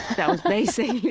that was basically